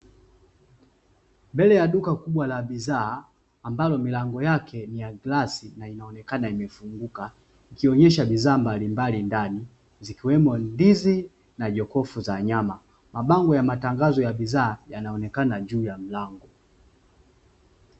Mbele ya duka kubwa la bidhaa ambalo milango ni ya glasi na inaonekana imefunguka, ikionyesha bidhaa mbalimbali ndani zikiwemo ndizi na jokofu za nyama. Mabango ya matangazo ya bidhaa yanaonekana juu ya mlango.